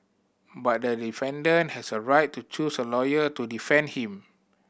but the defendant has a right to choose a lawyer to defend him